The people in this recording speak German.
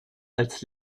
als